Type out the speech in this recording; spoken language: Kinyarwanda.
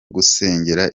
gusengera